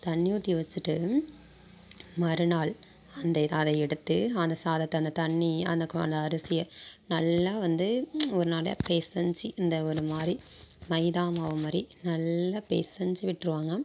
தண்ணி ஊற்றி வச்சுட்டு மறுநாள் அந்த இதை அதை எடுத்து அந்த சாதத்தை அந்த தண்ணி அந்த கொ அந்த அரிசியை நல்லா வந்து ஒரு நிறையா பெசஞ்சு இந்த ஒருமாதிரி மைதா மாவு மாதிரி நல்லா பெசஞ்சு விட்டுருவாங்க